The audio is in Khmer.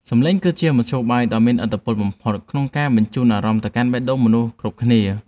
សំឡេងគឺជាមធ្យោបាយដ៏មានឥទ្ធិពលបំផុតក្នុងការបញ្ជូនអារម្មណ៍ទៅកាន់បេះដូងរបស់មនុស្សគ្រប់គ្នា។